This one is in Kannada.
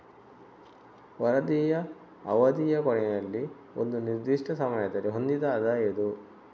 ವರದಿಯ ಅವಧಿಯ ಕೊನೆಯಲ್ಲಿ ಒಂದು ನಿರ್ದಿಷ್ಟ ಸಮಯದಲ್ಲಿ ಹೊಂದಿದ ಆದಾಯ ಇದು